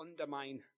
undermine